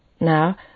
Now